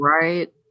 right